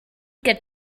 get